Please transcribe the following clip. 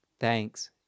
Thanks